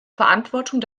verantwortung